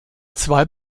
zwei